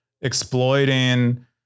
exploiting